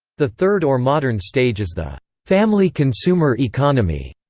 the third or modern stage is the family consumer economy,